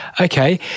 okay